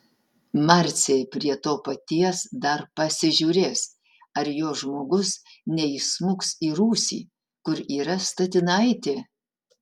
marcė prie to paties dar pasižiūrės ar jos žmogus neįsmuks į rūsį kur yra statinaitė